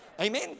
Amen